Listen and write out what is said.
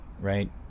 right